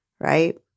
right